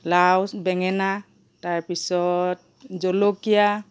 লাও বেঙেনা তাৰপিছত জলকীয়া